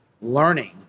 learning